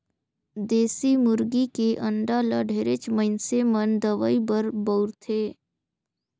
देसी मुरगी के अंडा ल ढेरेच मइनसे मन दवई बर बउरथे